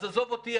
אז עזוב אותי,